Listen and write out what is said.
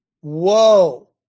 Whoa